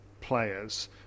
players